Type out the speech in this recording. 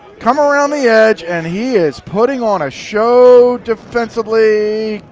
come around the edge and he is putting on a show defensively.